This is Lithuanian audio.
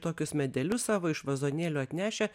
tokius medelius savo iš vazonėlių atnešę